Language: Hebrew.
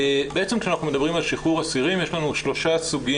כשאנחנו מדברים על שחרור אסירים יש לנו שלושה סוגים